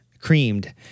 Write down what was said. creamed